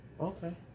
Okay